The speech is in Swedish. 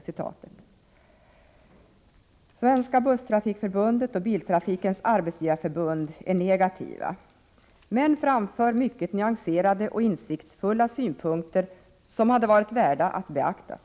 Även Svenska busstrafikförbundet och Biltrafikens arbetsgivareförbund är negativa, men de avger mycket nyanserade och insiktsfulla synpunkter, som hade varit värda att beaktas.